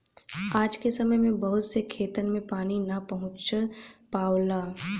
आज के समय में बहुत से खेतन में पानी ना पहुंच पावला